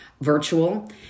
virtual